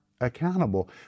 accountable